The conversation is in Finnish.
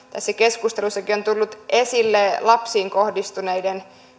tässä keskustelussakin on tullut esille lapsiin kohdistuneiden